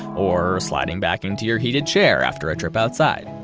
or sliding back into your heated chair after a trip outside.